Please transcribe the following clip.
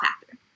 factor